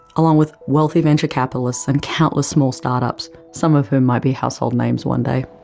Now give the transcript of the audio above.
along with wealthy venture capitalists and countless small start-ups, some of whom might be household names one day.